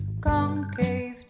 Concave